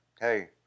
hey